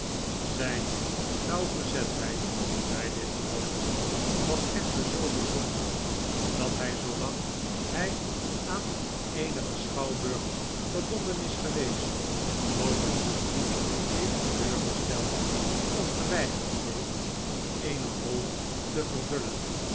zijne nauwgezetheid bij dit alles was echter zoo bijzonder dat hij zoolang hij aan eenigen schouwburg verbonden is geweest nooit het publiek heeft teleurgesteld of geweigerd heeft eene rol te vervullen